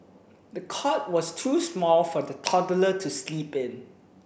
the cot was too small for the toddler to sleep in